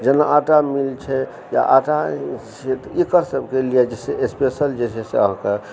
जेना आटा मील छै या आटा जे छै एकर सभके लिए स्पेशल जे छै से अहाँके